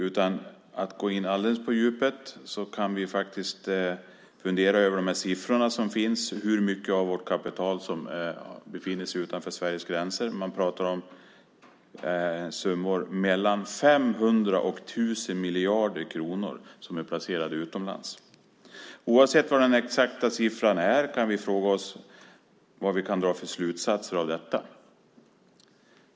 Utan att gå in för djupt på detaljer kan vi fundera över de siffror som finns på hur mycket av vårt kapital som befinner sig utanför Sveriges gränser. Man pratar om summor mellan 500 och 1 000 miljarder kronor som är placerade utomlands. Oavsett vad den exakta siffran är kan vi fråga oss vad vi kan dra för slutsatser av detta.